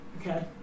Okay